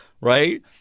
right